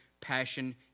passion